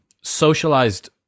socialized